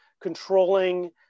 controlling